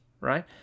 right